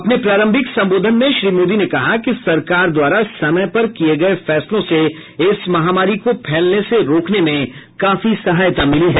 अपने प्रारंभिक संबोधन में श्री मोदी ने कहा कि सरकार द्वारा समय पर किये गये फैसलों से इस महामारी को फैलने से रोकने में काफी सहायता मिली है